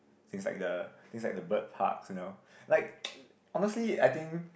things like the things like the bird parks you know like honestly I think